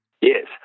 Yes